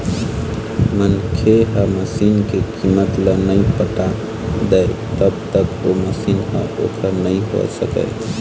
मनखे ह मसीन के कीमत ल नइ पटा दय तब तक ओ मशीन ह ओखर नइ होय सकय